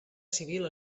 civil